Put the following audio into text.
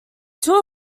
two